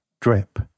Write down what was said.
drip